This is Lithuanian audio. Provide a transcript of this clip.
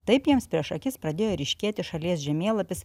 taip jiems prieš akis pradėjo ryškėti šalies žemėlapis